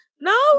No